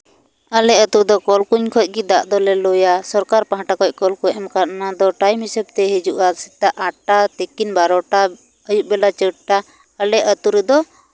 ᱟᱞᱮ ᱟᱹᱛᱩ ᱫᱚ ᱠᱚᱞ ᱠᱩᱧ ᱠᱷᱚᱱ ᱜᱮ ᱫᱟᱜ ᱫᱚᱞᱮ ᱞᱩᱭᱟ ᱥᱚᱨᱠᱟᱨ ᱯᱟᱦᱴᱟ ᱠᱷᱚᱱ ᱠᱚᱞ ᱠᱚ ᱮᱢ ᱠᱟᱱ ᱚᱱᱟ ᱫᱚ ᱴᱟᱭᱤᱢ ᱦᱤᱥᱟᱹᱵᱽ ᱛᱮ ᱦᱤᱡᱩᱜᱼᱟ ᱥᱮᱛᱟᱜ ᱟᱴᱼᱴᱟ ᱛᱤᱠᱤᱱ ᱵᱟᱨᱚᱴᱟ ᱟᱹᱭᱩᱵ ᱵᱮᱞᱟ ᱪᱟᱹᱴ ᱴᱟ ᱟᱞᱮ ᱟᱹᱛᱩ ᱨᱮᱫᱚ